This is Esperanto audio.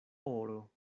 oro